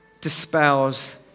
dispels